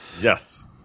Yes